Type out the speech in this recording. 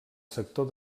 sector